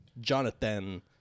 Jonathan